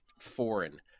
foreign